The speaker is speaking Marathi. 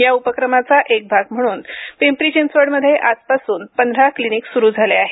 या उपक्रमाचा एक भाग म्हणून पिंपरी चिंचवड मध्ये आजपासून पंधरा क्लिनिक सुरू झाले आहेत